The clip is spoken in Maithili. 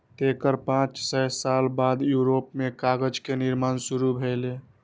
तेकर पांच सय साल बाद यूरोप मे कागज के निर्माण शुरू भेलै